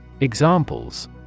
Examples